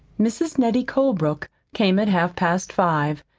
mrs. nettie colebrook came at half-past five.